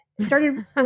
started